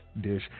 dish